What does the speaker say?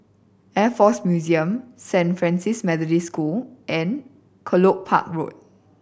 Air Force Museum Saint Francis Methodist School and Kelopak Road